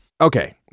okay